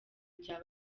rya